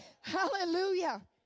Hallelujah